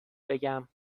بگم